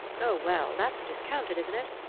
oh, well that's discounted, isn't it?